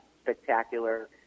spectacular